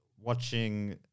watching